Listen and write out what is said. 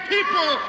people